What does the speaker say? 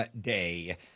Day